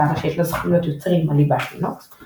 שטענה שיש לה זכויות יוצרים על ליבת לינוקס;